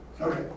okay